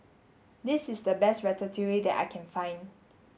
this is the best Ratatouille that I can find